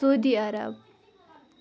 Saudi Arab